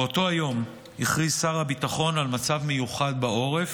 באותו היום הכריז שר הביטחון על מצב מיוחד בעורף,